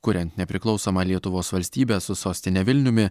kuriant nepriklausomą lietuvos valstybę su sostine vilniumi